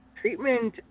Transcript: treatment